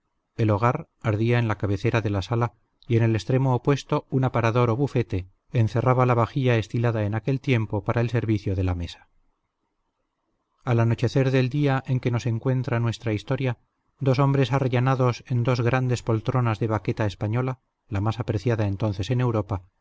el hogar ardía en la cabecera de la sala y en el extremo opuesto un aparador o bufete encerraba la vajilla estilada en aquel tiempo para el servicio de la mesa al anochecer del día en que nos encuentra nuestra historia dos hombres arrellanados en dos grandes poltronas de baqueta española la más apreciada entonces en europa